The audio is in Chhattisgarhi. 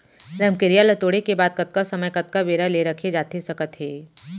रमकेरिया ला तोड़े के बाद कतका समय कतका बेरा ले रखे जाथे सकत हे?